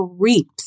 creeps